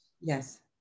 Yes